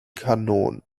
kanon